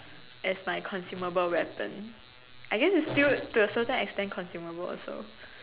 as my consumable weapon I guess it's still to a certain extent consumable also